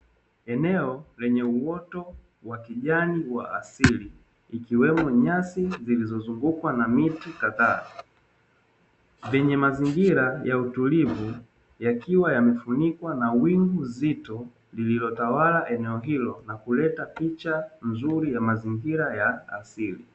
Eneo lenye uoto wa kijani wa asili ikiwemo nyasi zilizozungukwa na miti kadhaa. Vyenye mazingira ya utulivu yakiwa yamefunikwa na wingu zito lililotawala eneo ilo na kuleta picha nzuri ya mazingira ya asili.